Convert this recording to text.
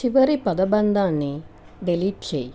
చివరి పదబంధాన్ని డిలీట్ చెయి